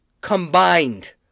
combined